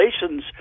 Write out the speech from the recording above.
relations